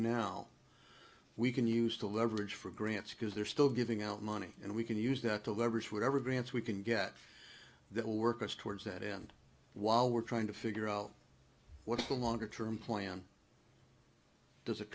now we can use to leverage for grants because they're still giving out money and we can use that to leverage whatever grants we can get that will work us towards that end while we're trying to figure out what's a longer term plan does it